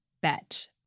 bet